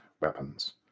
weapons